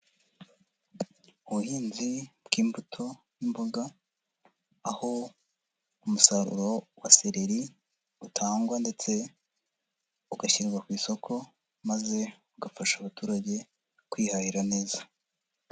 Ubuhinzi bw'imbuto n'imboga, aho umusaruro wa sereri utangwa ndetse ugashyirwa ku isoko maze ugafasha abaturage kwihahira neza.